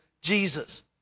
Jesus